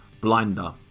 blinder